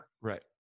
Right